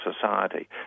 society